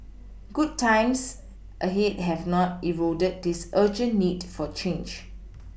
good times ahead have not eroded this urgent need for change